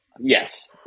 Yes